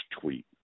tweet